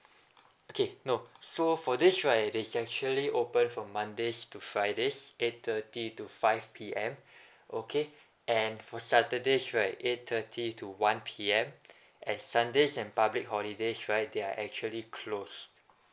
okay no so for this right it is actually open from mondays to fridays eight thirty to five P_M okay and for saturdays right eight thirty to one P_M and sundays and public holidays right they are actually closed